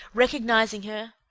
recognizing her.